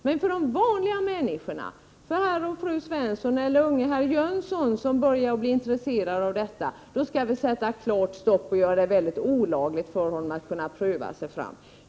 Men för de vanliga människorna, för herr och fru Svensson eller för unga herr Jönsson som börjar att bli intresserad av detta, skall det sättas klart stopp, och det skall göras olagligt för dem att pröva sig fram.